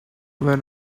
where